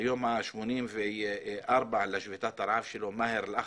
היום ה-84 לשביתת הרעב שלו, מאהר אל אח'רס.